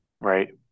Right